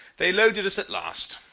they loaded us at last.